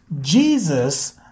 Jesus